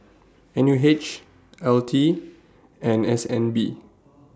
N U H L T and S N B